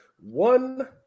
One